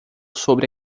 sobre